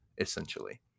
essentially